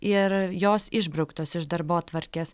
ir jos išbrauktos iš darbotvarkės